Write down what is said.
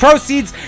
Proceeds